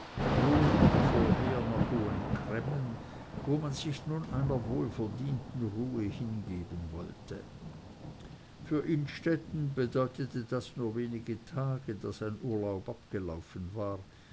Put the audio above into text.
wohl aber vorher nach hohen cremmen wo man sich nun einer wohlverdienten ruhe hingeben wollte für innstetten bedeutete das nur wenige tage da sein urlaub abgelaufen war